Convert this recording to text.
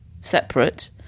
separate